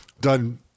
done –